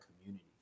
community